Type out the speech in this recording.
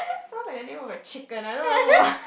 sounds like the name of a chicken I don't know why